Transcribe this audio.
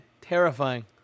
terrifying